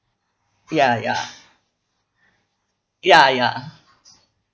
ya ya ya ya